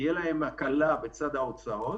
תהיה להם הקלה בצד ההוצאות.